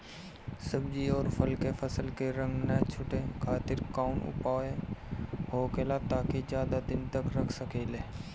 सब्जी और फल के फसल के रंग न छुटे खातिर काउन उपाय होखेला ताकि ज्यादा दिन तक रख सकिले?